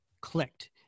clicked